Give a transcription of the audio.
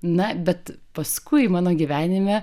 na bet paskui mano gyvenime